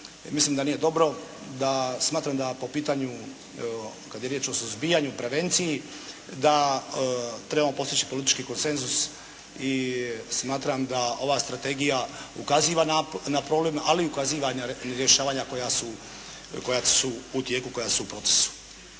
mislim da nije dobro. Da smatram da po pitanju kada je riječ o suzbijanju o prevenciji da trebamo postići politički konsenzus. I smatram da ova strategija ukaziva na problem ali i ukaziva na rješavanja koja su u tijeku, koja su u procesu.